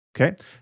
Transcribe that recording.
okay